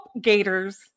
gators